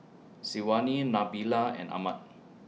Syazwani Nabila and Ahmad